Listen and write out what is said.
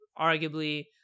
Arguably